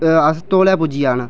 अस तौले पुज्जी जाना